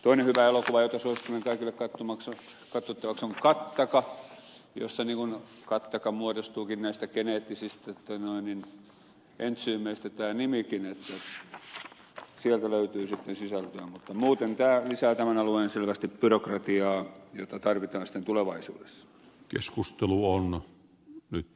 toinen hyvä elokuva jota suosittelen kaikille katsottavaksi on gattaca jossa gattaca muodostuukin näistä geneettisistä entsyymeistä tämä nimikin että sieltä löytyy sitten sisältöä mutta muuten tämä lisää selvästi tämän alueen byrokratiaa jota tarvitaan sitten tulevaisuudessa keskustelu on nyt